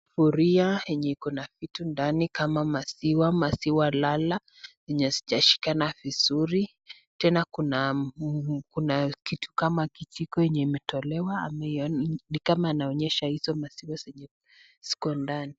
Sufuria yenye Iko na vitu ndani kama maziwa, maziwa lala yenye sijashikana vizuri, tena kuna kitu kama kijiko yenye imetolewa ni kama inaonyeshwa hizo maziwa zenye ziko ndani.